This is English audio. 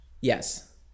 Yes